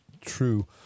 true